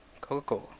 Coca-Cola